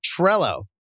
Trello